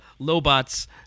lobot's